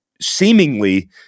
seemingly